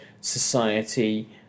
society